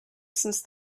since